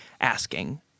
asking